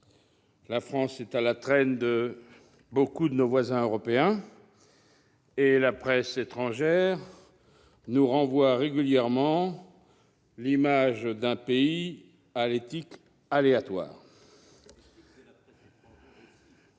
; elle est à la traîne de nombre de nos voisins européens, et la presse étrangère nous renvoie régulièrement l'image d'un pays à l'éthique aléatoire.